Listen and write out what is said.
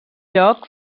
lloc